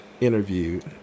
interviewed